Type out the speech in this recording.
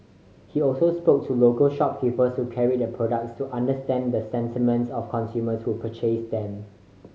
he also spoke to local shopkeepers who carried the products to understand the sentiments of consumers who purchased them